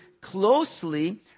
closely